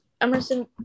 Emerson